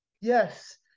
Yes